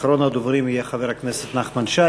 אחרון הדוברים יהיה חבר הכנסת נחמן שי.